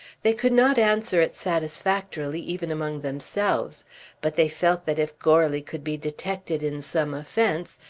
they could not answer it satisfactorily, even among themselves but they felt that if goarly could be detected in some offence,